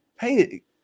hey